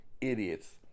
idiots